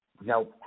Now